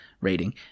rating